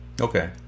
Okay